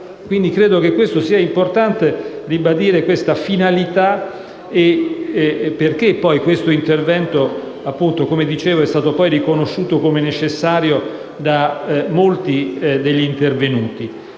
Credo sia importante ribadire tale finalità. Del resto questo intervento è stato poi riconosciuto come necessario da molti degli intervenuti.